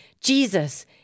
Jesus